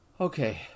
okay